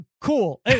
cool